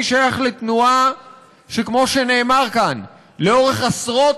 אני שייך לתנועה שכמו שנאמר כאן לאורך עשרות